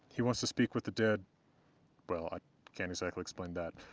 he wants to speak with the dead well, i can't exactly explain that,